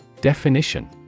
Definition